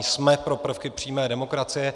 Jsme pro prvky přímé demokracie.